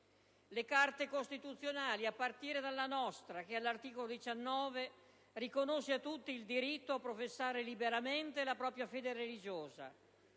Le Carte costituzionali, a partire dalla nostra che all'articolo 19 riconosce a tutti il diritto a professare liberamente la propria fede religiosa,